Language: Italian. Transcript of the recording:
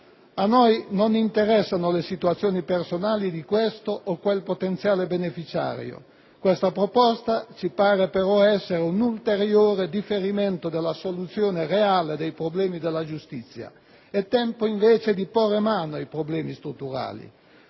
A noi non interessano le situazioni personali di questo o di quel potenziale beneficiario. Questa proposta ci pare però essere un ulteriore differimento della soluzione reale dei problemi della giustizia: è tempo invece di porre mano ai problemi strutturali.